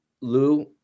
Lou